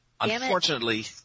Unfortunately